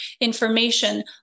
information